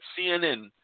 CNN